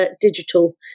digital